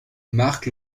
marque